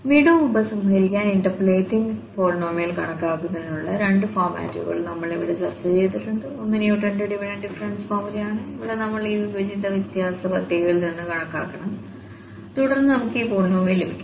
വീണ്ടും ഉപസംഹരിക്കാൻ interpolating polynomial കണക്കാക്കുന്നതിനുള്ള രണ്ട് ഫോർമാറ്റുകൾ നമ്മൾ ഇവിടെ ചർച്ച ചെയ്തിട്ടുണ്ട് ഒന്ന് ന്യൂട്ടന്റെ ഡിവിഡഡ് ഡിഫറൻസ് ഫോർമുലയാണ് ഇവിടെ നമ്മൾ ഈ വിഭജിത വ്യത്യാസങ്ങൾ സാധാരണയായി പട്ടികയിൽ നിന്ന് കണക്കാക്കണം തുടർന്ന് നമുക്ക് ഈ പോളിനോമിയൽ ലഭിക്കും